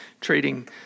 trading